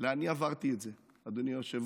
אלא אני עברתי את זה, אדוני היושב-ראש.